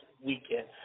weekend